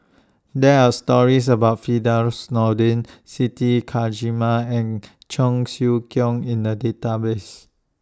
There Are stories about Firdaus Nordin Siti Khalijah and Cheong Siew Keong in The Database